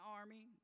army